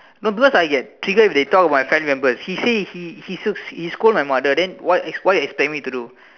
no because I get triggered if they talk about my family members he say he he still scold my mother then then what you expect me to do